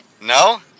No